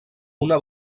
una